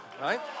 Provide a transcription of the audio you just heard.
right